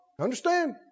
Understand